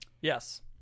Yes